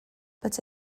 but